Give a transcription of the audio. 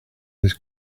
his